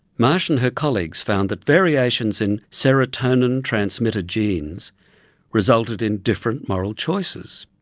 marsh and her colleagues found that variations in serotonin transmitter genes resulted in different moral choices.